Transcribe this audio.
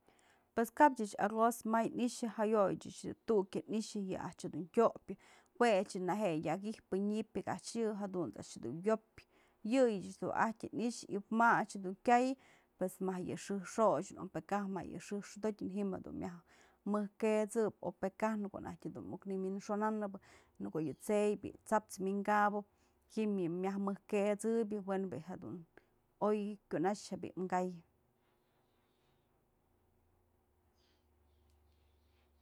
Pues kap ëch arroz may i'ixë, jayoyë ëch tu'ukyë ni'ixë yë a'ax dun tyopyë, jue a'ax yë neje'e yak ijpë ñipyëk a'ax yë, jadunt's a'ax dun wyopyë yëyëch dun ajtyë i'ixë y ma a'ax dun kyay pues më yë xëjkë xo'oxën o pë kaj më yë xëjkë xo'odotyë ji'im jedun myaj mëj këtsëp o pë ka në ko'o naj dun muk nëwi'inxonanëpë, në ko'o yë tse'ey bi'i t'saps wi'inkapëp ji'im myaj mëj këtsëbyë we'en bi'i du oy kyunax je'e bi'i mka'ay.